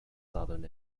southern